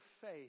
faith